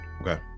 Okay